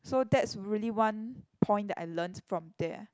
so that's really one point that I learnt from there